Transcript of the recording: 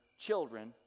children